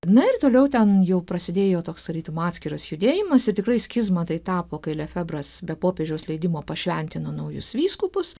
na ir toliau ten jau prasidėjo toks tarytum atskiras judėjimas tikrais schizma tai tapo kai lefebras be popiežiaus leidimo pašventino naujus vyskupus